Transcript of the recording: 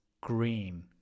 green